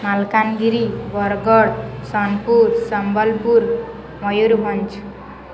Malkangiri Bargarh Sonepur Sambalpur Mayurbhanj